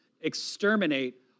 exterminate